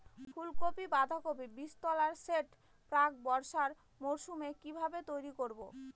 ফুলকপি বাধাকপির বীজতলার সেট প্রাক বর্ষার মৌসুমে কিভাবে তৈরি করব?